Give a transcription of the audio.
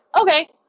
Okay